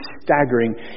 staggering